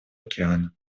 океана